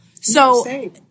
So-